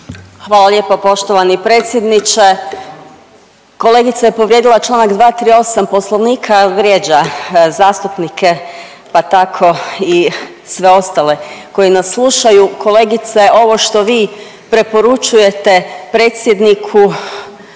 Hvala lijepa poštovani predsjedniče. Kolegica je povrijedila članak 238. Poslovnika jer vrijeđa zastupnike pa tako i sve ostale koji nas slušaju. Kolegice ovo što vi preporučujete predsjedniku